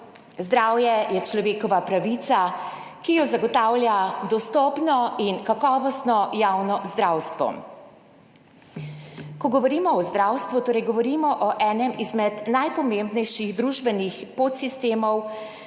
zdravje je človekova pravica, ki jo zagotavlja dostopno in kakovostno javno zdravstvo. Ko govorimo o zdravstvu, torej govorimo o enem izmed najpomembnejših družbenih podsistemov,